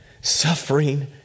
suffering